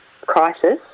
crisis